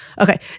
Okay